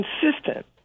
consistent